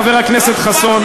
חבר הכנסת חסון.